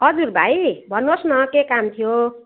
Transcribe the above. हजुर भाइ भन्नु होस् न के काम थियो